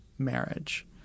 Marriage